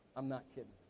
i'm not kidding.